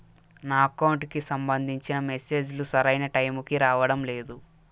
నా అకౌంట్ కి సంబంధించిన మెసేజ్ లు సరైన టైముకి రావడం లేదు